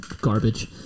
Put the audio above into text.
garbage